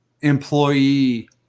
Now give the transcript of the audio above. employee